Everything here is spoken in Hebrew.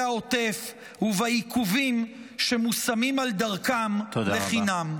העוטף ובעיכובים שמושמים על דרכם לחינם.